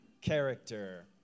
character